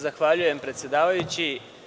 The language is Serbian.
Zahvaljujem predsedavajući.